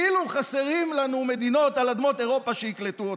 כאילו חסרות לנו מדינות על אדמות אירופה שיקלטו אותם.